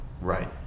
right